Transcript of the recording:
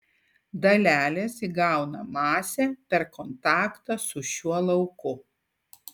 dalelės įgauna masę per kontaktą su šiuo lauku